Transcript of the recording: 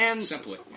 Simply